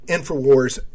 Infowars